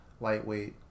lightweight